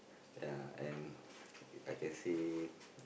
ya and I can say